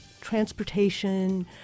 transportation